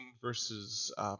versus